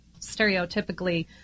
stereotypically